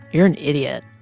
you're an idiot.